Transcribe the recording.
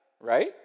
right